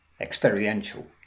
experiential